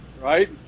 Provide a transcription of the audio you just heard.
Right